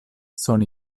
sono